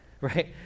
right